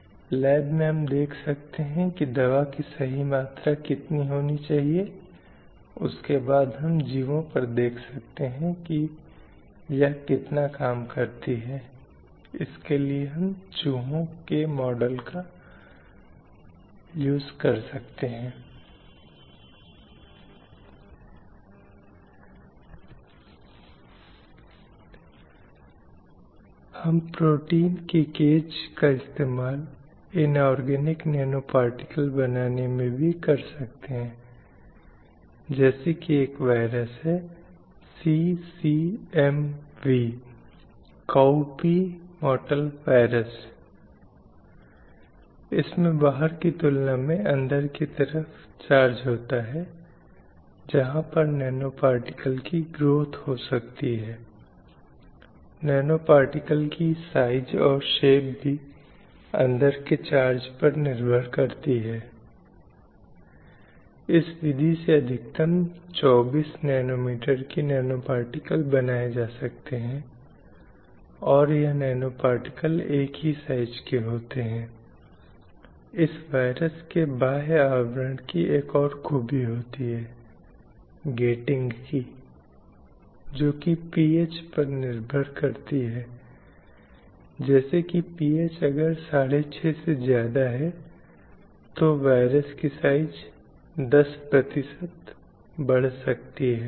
उदाहरण के लिए एक बाइक की सवारी तो सीधे जो दिया गया है तुरंत मन में आता है यह एक मर्दाना गति विधि है यह एक ऐसी चीज है जो एक आदमी करता है इसलिए हम अभी भी एक स्कूटी की सवारी करने वाली महिला के साथ ठीक हो सकते हैं लेकिन जिस क्षण हम कहते हैं हो सकता है कि एक मोटरबाइक की सवारी कर रही हो फिर तुरंत हमारे दिमाग में क्या आता है कि यह एक आदमी कर रहा है और इसके कारण फलस्वरूप आप जानते हें कि हम किसी महिला को इसे करते हुए कल्पना नहीं कर सकते हैं ऐसा इसलिए है क्योंकि यह धारणा है कि महिलाएँ बाइक की सवारी के लिए बहुत कमजोर या डरपोक हैं